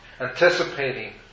anticipating